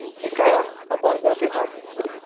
ᱪᱤᱠᱟᱹᱭᱟᱢ ᱡᱟᱹᱛᱤ